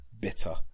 bitter